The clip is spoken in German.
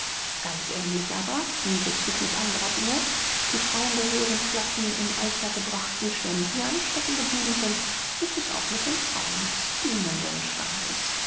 ganz ähnlich aber wie bezüglich anderer dinge die frauen der höheren klassen im althergebrachten schlendrian stecken geblieben sind so ist es auch mit den frauen des dienenden standes